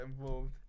involved